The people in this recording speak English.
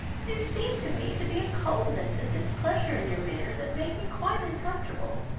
there seemed to me to be a coldness and displeasure in your manner that made me quite uncomfortable.